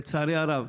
לצערי הרב,